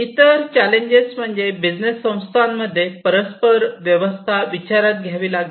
इतर चॅलेंजेस म्हणजे बिझनेस संस्थांमध्ये परस्पर व्यवस्था विचारात घ्यावी लागेल